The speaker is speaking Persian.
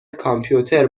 کامپیوتر